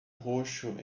roxo